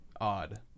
odd